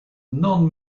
non